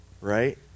right